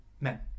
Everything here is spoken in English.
men